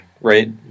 right